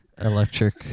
Electric